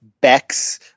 Bex